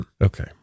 Okay